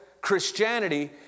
Christianity